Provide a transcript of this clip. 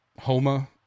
Homa